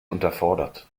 unterfordert